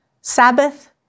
Sabbath